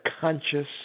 conscious